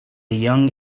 young